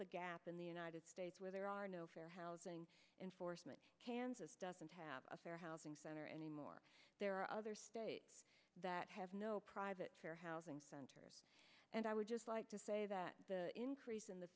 the gap in the united states where there are no fair housing enforcement kansas doesn't have a fair housing center anymore there are other states that have no private fair housing center and i would just like to say that the increase in the